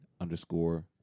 underscore